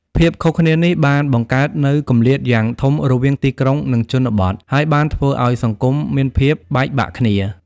ភាពខុសគ្នានេះបានបង្កើតនូវគម្លាតយ៉ាងធំរវាងទីក្រុងនិងជនបទ ហើយបានធ្វើឲ្យសង្គមមានភាពបែកបាក់គ្នា។